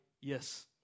yes